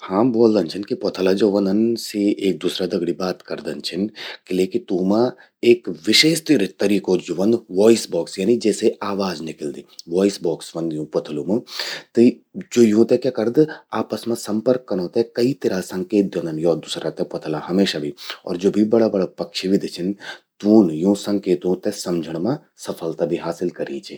हां..ब्वोलदन छिन कि प्वथला ज्वो व्हंदन सि एक दूसरा दगड़ि बात करदन छिन। किले कि तूंमा एक विशेष तिरो ज्वो व्हंद वॉयस बॉक्स, जेसे आवाज निकलदि। वॉय बॉक्स व्हंद यूं प्वथलूं मूं। ज्वो यूंते क्या करद, आपस मां संपर्क कनौ ते कई तिरा संकेत द्योंदन यो दूसरा ते प्वथला हमेशा बे। अर ज्वो भी बड़ा बड़ा पक्षीविद छिन, तून यूं संकेतों ते समझण मां सफलता भि हासिल कर्यीं चि।